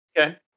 Okay